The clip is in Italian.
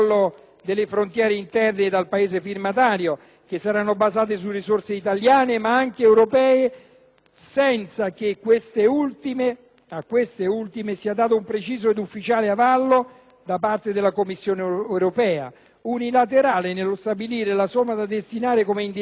senza che, per queste ultime, sia stato dato un preciso ed ufficiale avallo da parte della Commissione europea; è unilaterale nello stabilire la somma da destinare come indennizzo nei confronti di cittadini italiani, enti e società che nel 1970 si sono ritrovate